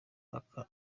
aka